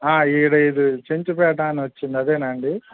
ఈడ ఇది చించుపేట అని వచ్చింది అదేనా అండి